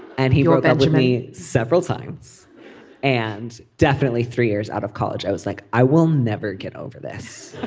and he wrote but me several times and definitely three years out of college i was like i will never get over this.